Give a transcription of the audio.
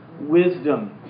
wisdom